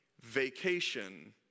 Vacation